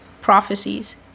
prophecies